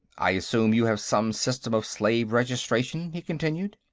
i assume you have some system of slave registration? he continued.